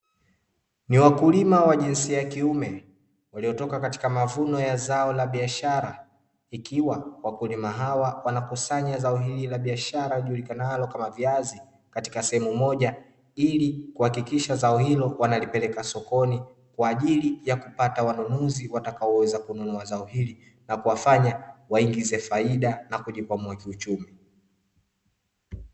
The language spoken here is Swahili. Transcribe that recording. Ni wakulima wa jinsia ya kiume waliotoka katika mavuno ya zao la biashara, ikiwa wakulima hawa wanakusanya zao hili la biashara lijulikanalo kama viazi, katika sehemu moja ili kuhakikisha zao hilo wanalipeleka sokoni, kwa ajili ya kupata wanunuzi watakaoweza kununua zao hili, na kuwafanya waingize faida na kujikwamua kiuchumi.